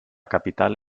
capital